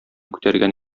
күтәргән